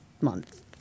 month